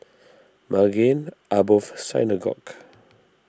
Maghain Aboth Synagogue